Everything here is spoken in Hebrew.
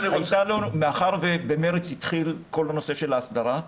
בחודש מארס התחיל כל הנושא של ההסדרה.